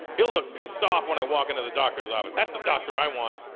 he'll look pissed off when i walk into the doctors office. that's the doctor i want.